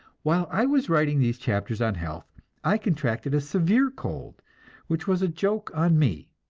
while i was writing these chapters on health i contracted a severe cold which was a joke on me.